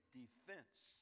defense